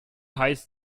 heißt